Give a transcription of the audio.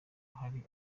hari